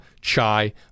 chai